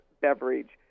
beverage